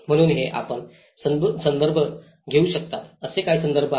म्हणून हे आपण संदर्भ घेऊ शकता असे काही संदर्भ आहेत